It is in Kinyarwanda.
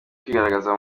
kwigaragaza